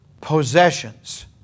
possessions